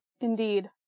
Indeed